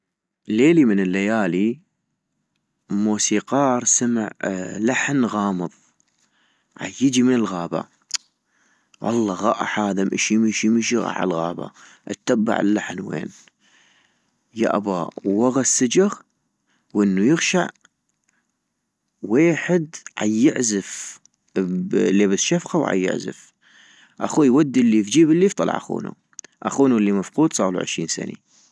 ليلي من الليالي موسيقار سمع لحم غامض عيجي من الغابة ، والله غاح هذا مشي مشي غاح عالغابة اتبع اللحن وين، يابا ووغا السجغ وانو يغشع ويحد عيعزف ب- ليبس شفقة وعيعزف، اخوي ودي الليف جيب الليف طلع اخونو ، اخونو الي مفقود صاغلو عشين سني